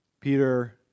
Peter